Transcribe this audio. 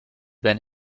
been